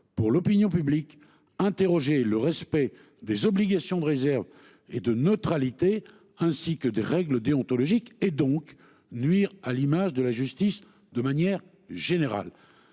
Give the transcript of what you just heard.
pour l'opinion publique. Interrogé, le respect des obligations de réserve et de neutralité, ainsi que des règles déontologiques et donc nuire à l'image de la justice de manière générale